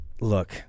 look-